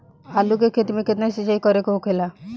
आलू के खेती में केतना सिंचाई करे के होखेला?